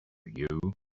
you